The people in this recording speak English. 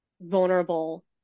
vulnerable